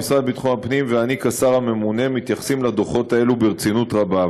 המשרד לביטחון הפנים ואני כשר הממונה מתייחסים לדוחות האלה ברצינות רבה,